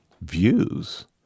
views